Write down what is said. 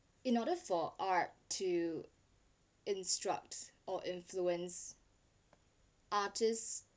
in order for art two instruct or influence artist